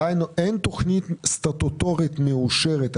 דהיינו אין תכנית סטטוטורית מאושרת,